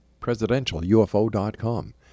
presidentialufo.com